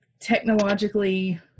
technologically